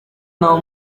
nawo